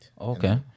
Okay